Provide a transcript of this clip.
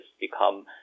become